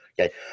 okay